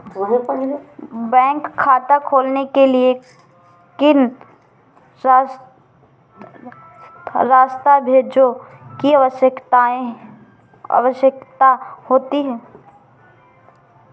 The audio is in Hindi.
बैंक खाता खोलने के लिए किन दस्तावेजों की आवश्यकता होती है?